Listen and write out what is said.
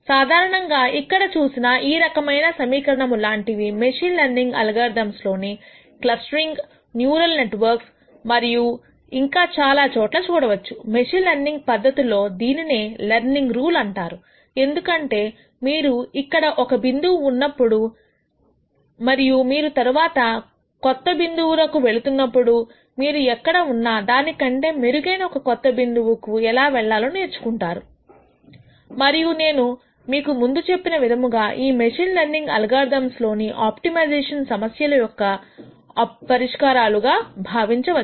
సాధారణంగా ఇక్కడ చూసిన ఈ రకమైన సమీకరణము లాంటివి మెషిన్ లెర్నింగ్ అల్గోరిథమ్స్ లోని క్లస్టరింగ్ న్యూరల్ నెట్వర్క్స్ మరియు ఇంకా చాలా చోట్ల చూడవచ్చు మెషీన్ లెర్నింగ్ పద్ధతుల్లో దీనినే లెర్నింగ్ రూల్ అంటారు ఎందుకంటే మీరు ఇక్కడ ఒక బిందువు వద్ద ఉన్నప్పుడు మరియు మీరు తరువాత కొత్త బిందువు వెళుతున్నప్పుడు మీరు ఎక్కడ ఉన్నా దానికంటే మెరుగైన ఒక కొత్త బిందువు ఎలా వెళ్లాలో నేర్చుకుంటున్నారు మరియు నేను మీకు ముందుచెప్పిన విధముగా ఈ మెషిన్ లెర్నింగ్ అల్గోరిథమ్స్ ను ఆప్టిమైజేషన్ సమస్య యొక్క ఆప్టిమైజేషన్ సమస్యల పరిష్కారాలు గా భావించవచ్చు